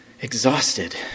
exhausted